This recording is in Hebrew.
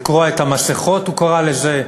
"לקרוע את המסכות" הוא קרא לזה,